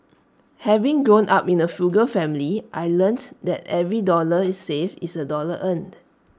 having grown up in A frugal family I learnt that every dollar is saved is A dollar earned